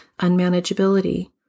unmanageability